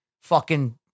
fucking-